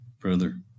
Brother